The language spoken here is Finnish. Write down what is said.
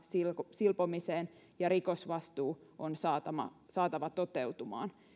silpomiseen ja rikosvastuu on saatava saatava toteutumaan